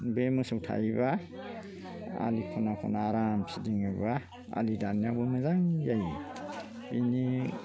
बे मोसौ थायोबा आलि खना खना आराम फिदिनोबा आलि दाननायावबो मोजां जायो बिनि